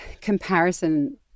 comparison